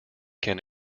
can